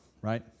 right